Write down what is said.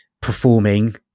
performing